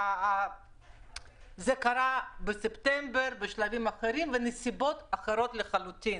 זה קרה בספטמבר בשלבים אחרים ובנסיבות אחרות לחלוטין.